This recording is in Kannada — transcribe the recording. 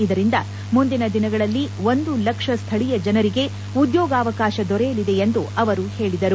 ಇದರಿಂದ ಮುಂದಿನ ದಿನಗಳಲ್ಲಿ ಒಂದು ಲಕ್ಷ ಸ್ಥಳೀಯ ಜನರಿಗೆ ಉದ್ಯೋಗಾವಕಾಶ ದೊರಕಲಿದೆ ಎಂದು ಅವರು ಹೇಳಿದರು